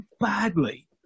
badly